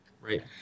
Right